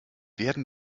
werden